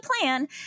plan